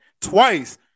twice